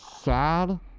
sad